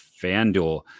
FanDuel